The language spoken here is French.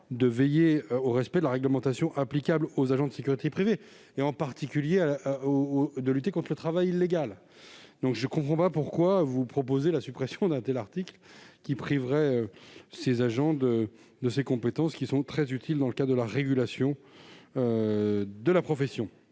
de veiller au respect de la réglementation applicable aux agents de sécurité privée, en particulier de lutter contre le travail illégal. Chers collègues, je ne comprends pas pourquoi vous proposez la suppression d'un tel article, car cela priverait ces agents de ces compétences, qui sont très utiles dans le cadre de la régulation de la profession.